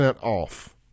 off